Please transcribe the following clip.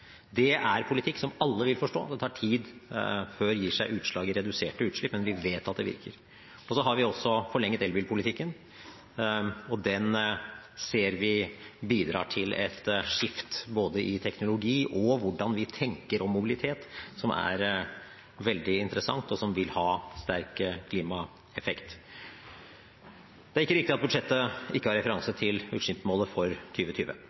er en politikk som alle vil forstå det tar tid før gir seg utslag i reduserte utslipp, men vi vet at det virker. Så har vi også forlenget elbilpolitikken. Den ser vi bidrar til et skifte både i teknologi og i hvordan vi tenker om mobilitet, som er veldig interessant, og som vil ha sterk klimaeffekt. Det er ikke riktig at budsjettet ikke har referanse til utslippsmålet for